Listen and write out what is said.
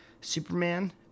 Superman